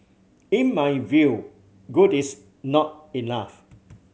in my view good is not enough